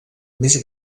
més